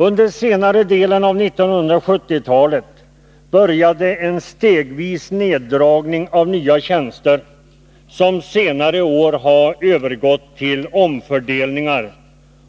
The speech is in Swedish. Under senare delen av 1970-talet började en stegvis neddragning av antalet nya tjänster, som under senare år övergått till omfördelningar